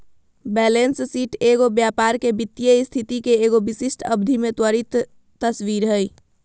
balance sheet एगो व्यापार के वित्तीय स्थिति के एगो विशिष्ट अवधि में त्वरित तस्वीर हइ